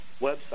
website